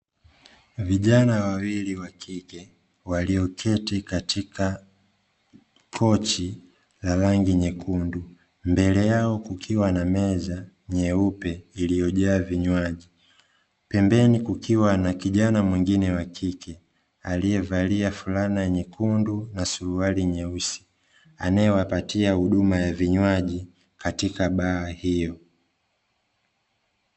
Vijana wawili wa kike walioketi katika kochi la rangi nyekundu. Mbele yao kukiwa na meza nyeupe iliyo jaa vinywaji pembeni kukiwa nakijana mwingine wa kike aliyevalia fulana nyekundu na suruali nyeusi, anayewapatia huduma ya vinywaji katika baa hiyo.